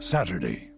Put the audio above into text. Saturday